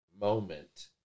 moment